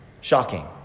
Shocking